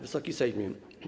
Wysoki Sejmie!